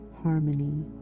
harmony